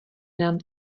nám